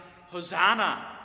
Hosanna